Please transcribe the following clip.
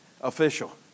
official